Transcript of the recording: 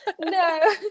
No